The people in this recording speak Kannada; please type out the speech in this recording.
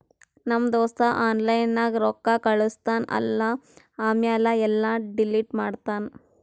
ನಮ್ ದೋಸ್ತ ಆನ್ಲೈನ್ ನಾಗ್ ರೊಕ್ಕಾ ಕಳುಸ್ತಾನ್ ಅಲ್ಲಾ ಆಮ್ಯಾಲ ಎಲ್ಲಾ ಡಿಲೀಟ್ ಮಾಡ್ತಾನ್